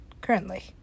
currently